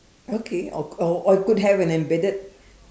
okay or or it could have an embedded